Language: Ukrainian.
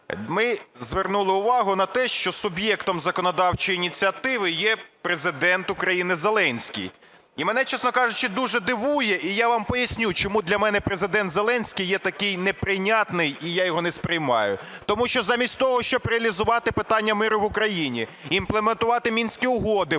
Ми звернули увагу на те, що суб'єктом законодавчої ініціативи є Президент України Зеленський. І мене, чесно кажучи, дуже дивує. І я вам поясню, чому для мене Президент Зеленський є такий неприйнятний і я його не сприймаю. Тому що замість того, щоб реалізувати питання миру в Україні, імплементувати Мінські угоди,